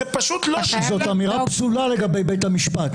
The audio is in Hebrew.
זה פשוט לא שאלה --- זאת אמירה פסולה לגבי בית המשפט.